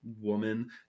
woman